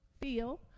feel